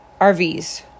RVs